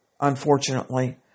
Unfortunately